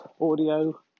audio